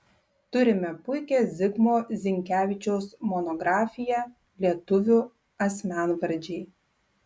turime puikią zigmo zinkevičiaus monografiją lietuvių asmenvardžiai